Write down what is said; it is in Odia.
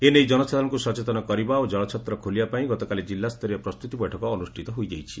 ଏନେଇ ଜନସାଧାରଣଙ୍କୁ ସଚେତନ କରିବା ଓ ଜଳଛତ୍ର ଖୋଲିବା ପାଇଁ ଗତକାଲି ଜିଲ୍ଲାସ୍ଟରୀୟ ପ୍ରସ୍ତୁତି ବୈଠକ ଅନୁଷ୍ଟିତ ହୋଇଯାଇଛି